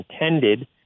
intended